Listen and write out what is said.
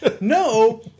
No